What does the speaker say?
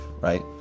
right